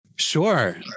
Sure